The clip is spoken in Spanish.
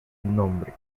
nombre